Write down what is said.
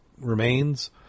remains